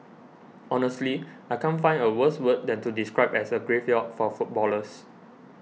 honestly I can't find a worse word than to describe as a graveyard for footballers